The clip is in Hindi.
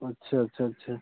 अच्छा अच्छा अच्छा